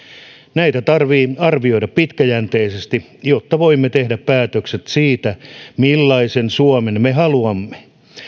näitä tarvitsee arvioida pitkäjänteisesti jotta voimme tehdä päätökset siitä millaisen suomen me haluamme